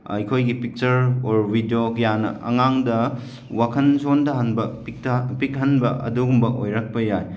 ꯑꯩꯈꯣꯏꯒꯤ picture or video ꯀꯌꯥꯅ ꯑꯉꯥꯡꯗ ꯋꯥꯈꯜ ꯁꯣꯟꯊꯍꯟꯕ ꯄꯤꯛꯍꯟꯕ ꯑꯗꯨꯒꯨꯝꯕ ꯑꯣꯏꯔꯛꯄ ꯌꯥꯏ